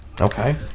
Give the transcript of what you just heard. Okay